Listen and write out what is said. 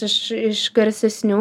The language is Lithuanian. iš iš garsesnių